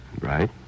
Right